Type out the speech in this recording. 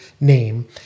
name